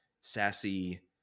sassy